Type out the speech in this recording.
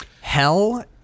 Hell